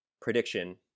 Prediction